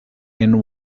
and